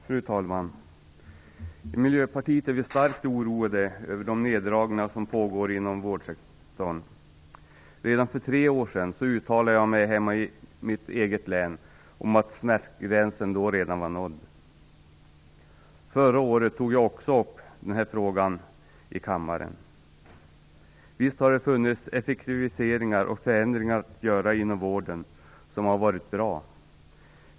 Fru talman! Vi i Miljöpartiet är starkt oroade över de neddragningar som pågår inom vårdsektorn. Redan för tre år sedan uttalade jag mig i mitt hemlän om att smärtgränsen var nådd. Förra året tog jag också upp frågan här i kammaren. Visst har det funnits effektiviseringar och förändringar att göra inom vården och som har varit bra.